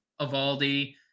Avaldi